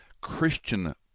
Christian